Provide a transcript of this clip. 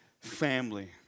family